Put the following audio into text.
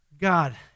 God